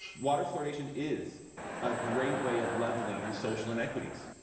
water fluoridation is a great way of leveling social inequities.